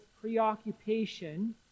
preoccupation